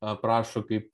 aprašo kaip